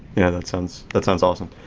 yeah, that sounds that sounds awesome.